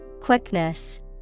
Quickness